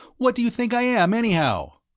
what do you think i am, anyhow?